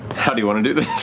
how do you want to do